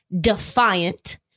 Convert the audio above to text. defiant